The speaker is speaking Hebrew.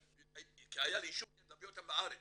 היה לי אישור להביא אותם לארץ.